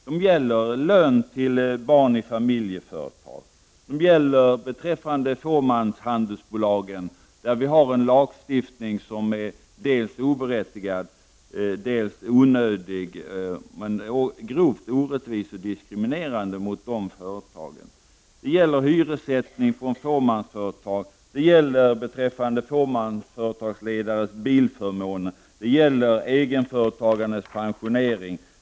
Det gäller då lön till barn i familjeföretag. Det gäller fåmanshandelsbolag, för vilka vi har en lagstiftning som är dels oberättigad, dels onödig. Dessutom är den här lagstiftningen grovt orättvis och diskriminerande gentemot företagen i fråga. Det gäller hyresersättningen i fåmansföretag. Det gäller fåmansföretagsledares bilförmåner. Det gäller egenföretagarnas pensionering.